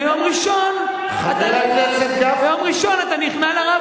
ביום ראשון אתה נכנע לרב,